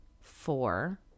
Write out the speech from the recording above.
Four